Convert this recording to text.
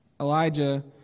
Elijah